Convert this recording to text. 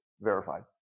verified